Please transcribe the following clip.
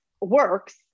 works